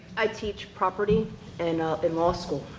i teach property in ah in law school,